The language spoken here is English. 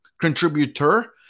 contributor